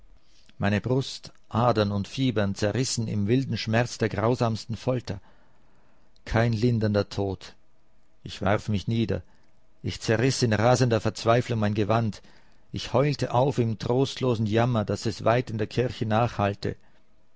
meine brust adern und fibern zerrissen im wilden schmerz der grausamsten folter kein lindernder tod ich warf mich nieder ich zerriß in rasender verzweiflung mein gewand ich heulte auf im trostlosen jammer daß es weit in der kirche